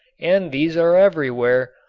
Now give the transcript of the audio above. and these are everywhere,